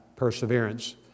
perseverance